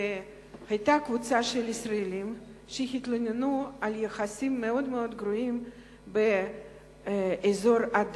והיתה קבוצה של ישראלים שהתלוננו על יחסים מאוד מאוד גרועים באזור הדר.